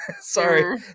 Sorry